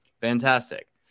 fantastic